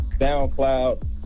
SoundCloud